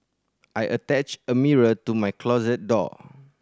I attached a mirror to my closet door